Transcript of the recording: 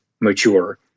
mature